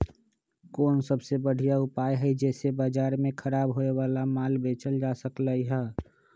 कोन सबसे बढ़िया उपाय हई जे से बाजार में खराब होये वाला माल बेचल जा सकली ह?